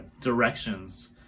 directions